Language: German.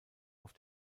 auf